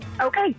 okay